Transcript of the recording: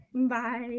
Bye